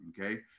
okay